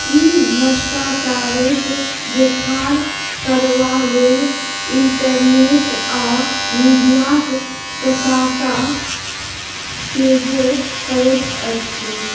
ई भ्रष्टाचारेक देखार करबा लेल इंटरनेट आ मीडियाक प्रशंसा सेहो करैत अछि